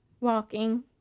Walking